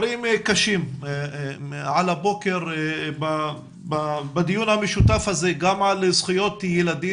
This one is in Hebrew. קשים על הבוקר בדיון המשותף הזה גם על זכויות ילדים